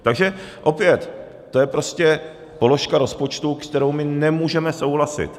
Takže opět, to je prostě položka rozpočtu, se kterou my nemůžeme souhlasit.